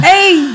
Hey